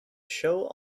show